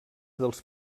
dels